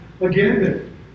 again